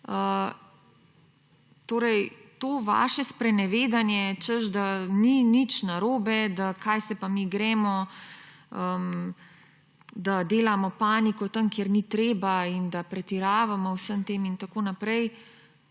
To vaše sprenevedanje, češ da ni nič narobe, da kaj se pa mi gremo, da delamo paniko tam, kjer ni treba, in da pretiravamo v vsem tem in tako naprej,